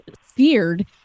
feared